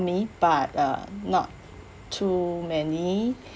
me but uh not too many